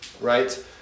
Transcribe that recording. right